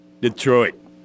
Detroit